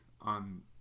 on